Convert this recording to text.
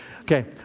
Okay